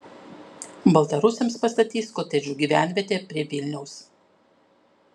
baltarusiams pastatys kotedžų gyvenvietę prie vilniaus